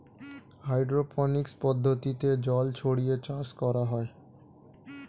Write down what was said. hydroponics পদ্ধতিতে জল ছড়িয়ে চাষ করা হয়